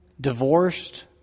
divorced